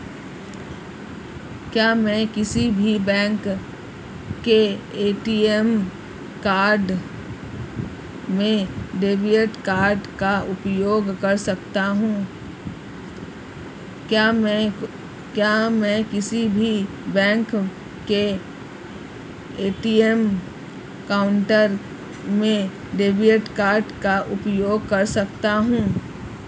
क्या मैं किसी भी बैंक के ए.टी.एम काउंटर में डेबिट कार्ड का उपयोग कर सकता हूं?